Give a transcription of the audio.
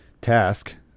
Task